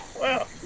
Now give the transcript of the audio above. well!